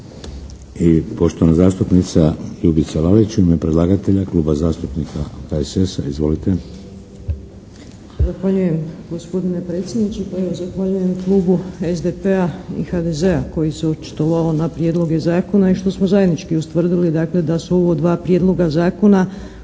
I poštovana zastupnica Ljubica Lalić u ime predlagatelja Kluba zastupnika HSS-a. Izvolite. **Lalić, Ljubica (HSS)** Zahvaljujem gospodine predsjedniče. Pa evo zahvaljujem klubu SDP-a i HDZ-a koji su se očitovali na prijedloge zakona i što smo zajednički ustvrdili dakle da su ovo dva prijedloga zakona